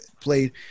played